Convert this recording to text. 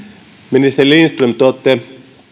ministeri lindström te olette